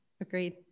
Agreed